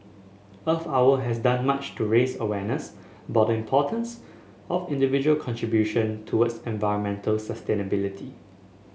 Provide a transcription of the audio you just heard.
Earth Hour has done much to raise awareness about the importance of individual contribution towards environmental sustainability